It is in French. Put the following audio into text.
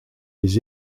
les